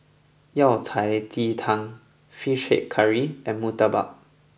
Yao Cai Ji Tang Fish Head Curry and Murtabak